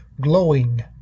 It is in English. glowing